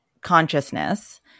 consciousness